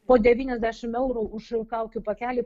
po devyniasdešim eurų už kaukių pakelį